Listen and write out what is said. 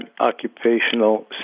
occupational